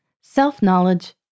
Self-knowledge